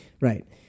Right